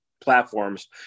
platforms